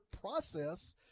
process